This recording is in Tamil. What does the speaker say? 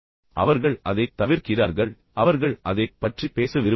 எனவே அவர்கள் அதைத் தவிர்க்கிறார்கள் அவர்கள் அதைப் பற்றி பேச விரும்பவில்லை